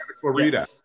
Florida